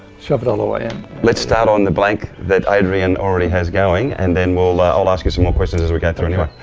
shove it all the way in. let's start on the blank that adriaan already has going, and then ah i'll ask you some more questions as we go through anyway.